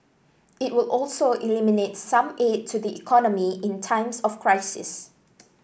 it would also eliminate some aid to the economy in times of crisis